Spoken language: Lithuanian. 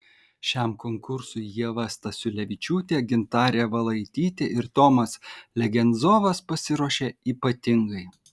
šiam konkursui ieva stasiulevičiūtė gintarė valaitytė ir tomas legenzovas pasiruošė ypatingai